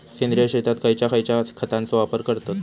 सेंद्रिय शेतात खयच्या खयच्या खतांचो वापर करतत?